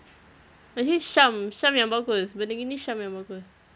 actually syam syam yang bagus benda gini syam yang bagus